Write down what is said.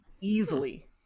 Easily